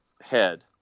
head